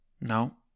No